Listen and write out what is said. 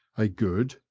a good,